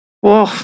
Whoa